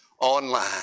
online